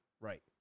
right